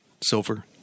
silver